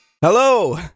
Hello